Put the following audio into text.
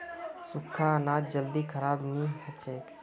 सुख्खा अनाज जल्दी खराब नी हछेक